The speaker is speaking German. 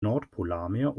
nordpolarmeer